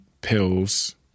pills